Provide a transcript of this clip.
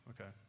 okay